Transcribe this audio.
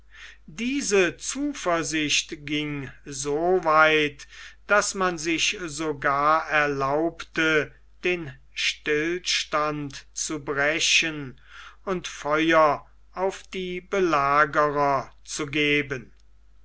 diese zuversicht ging so weit daß man sich sogar erlaubte den stillstand zu brechen und feuer auf die belagerer zu geben